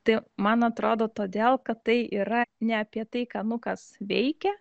tai man atrodo todėl kad tai yra ne apie tai ką nukas veikia